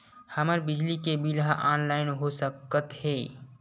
हमर बिजली के बिल ह ऑनलाइन हो सकत हे?